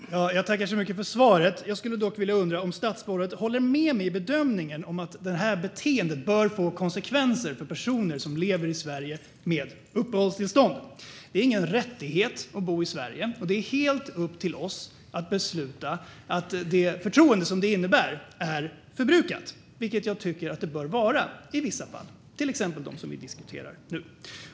Herr talman! Jag tackar så mycket för svaret. Jag undrar dock om statsrådet håller med mig i bedömningen att detta beteende bör få konsekvenser för personer som lever i Sverige med uppehållstillstånd. Det är ingen rättighet att bo i Sverige. Det är också helt upp till oss att besluta när det förtroende som detta innebär är förbrukat, vilket jag tycker att det bör vara i vissa fall - till exempel i dem som vi nu diskuterar.